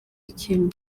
ikennye